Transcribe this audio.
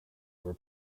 were